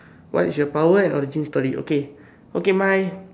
what is your power and origin story okay okay my